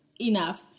enough